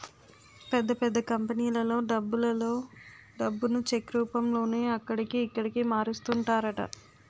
పెద్ద పెద్ద కంపెనీలలో డబ్బులలో డబ్బును చెక్ రూపంలోనే అక్కడికి, ఇక్కడికి మారుస్తుంటారట